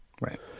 Right